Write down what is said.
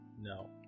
no